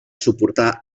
suportar